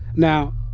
now,